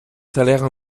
salaire